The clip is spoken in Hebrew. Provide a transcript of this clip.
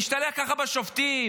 להשתלח ככה בשופטים,